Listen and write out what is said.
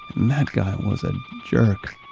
and that guy was a jerk